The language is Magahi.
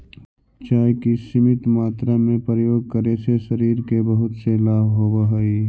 चाय के सीमित मात्रा में प्रयोग करे से शरीर के बहुत से लाभ होवऽ हइ